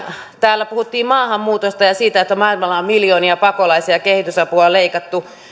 täällä puhuttiin vielä maahanmuutosta ja siitä että maailmalla on miljoonia pakolaisia ja kehitysapua on leikattu